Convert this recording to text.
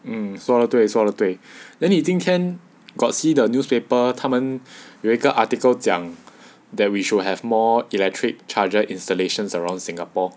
mm 说的对说的对 then 你今天 got see the newspaper 他们有一个 article 讲 that we should have more electric charger installations around singapore